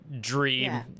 dream